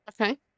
Okay